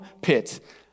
pit